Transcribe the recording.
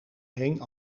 heen